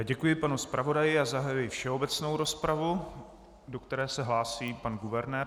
Děkuji panu zpravodaji a zahajuji všeobecnou rozpravu, do které se hlásí pan guvernér ČNB.